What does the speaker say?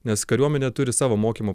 nes kariuomenė turi savo mokymo